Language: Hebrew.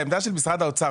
העמדה של משרד האוצר,